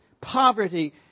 poverty